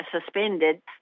suspended